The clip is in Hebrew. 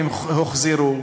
הם הוחזרו.